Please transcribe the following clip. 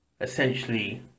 essentially